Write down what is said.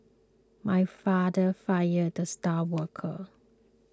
my father fired the star worker